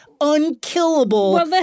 unkillable